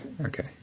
Okay